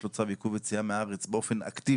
לו צו עיכוב יציאה מן הארץ באופן אקטיבי,